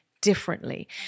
differently